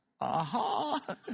Aha